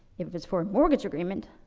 if it was for a mortgage agreement,